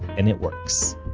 and it works